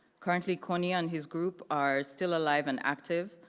currently, kony and his group are still alive and active,